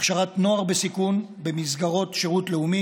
הכשרת נוער בסיכון במסגרות שירות לאומי